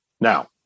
Now